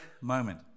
moment